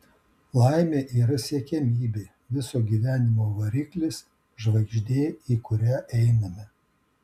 laimė yra siekiamybė viso gyvenimo variklis žvaigždė į kurią einame